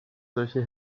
solche